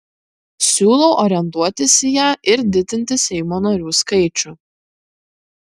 siūlau orientuotis į ją ir didinti seimo narių skaičių